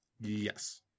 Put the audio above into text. Yes